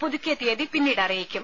പുതുക്കിയ തീയ്യതി പിന്നീട് അറിയിക്കും